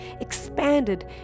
expanded